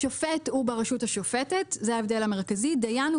ההבדל המרכזי הוא ששופט הוא ברשות השופטת ודיין הוא